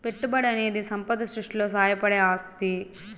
పెట్టుబడనేది సంపద సృష్టిలో సాయపడే ఆస్తి